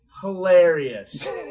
hilarious